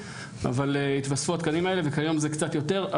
אבל התווספו התקנים האלה וכיום זה קצת יותר,